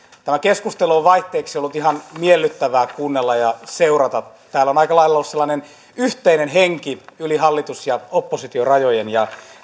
keskustelua on vaihteeksi ollut ihan miellyttävää kuunnella ja seurata täällä on aika lailla ollut sellainen yhteinen henki yli hallitus ja oppositiorajojen ja